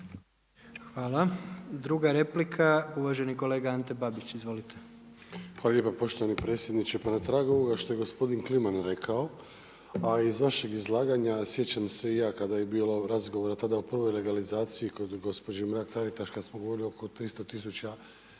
Hvala. Druga replika, uvaženi kolega Ante Babić. Izvolite. **Babić, Ante (HDZ)** Hvala lijepa poštovani predsjedniče. Pa na tragu ovoga što je gospodin Kliman rekao, a iz vaših izlaganja, sjećam se i ja kada je bilo razgovora tada o prvoj legalizaciji koju bi gospođu Mark-Taritaš, kada smo govorili oko 300